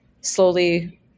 slowly